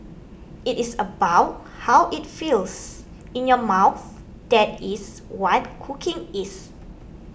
it is about how it feels in your mouth that is what cooking is